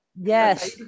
yes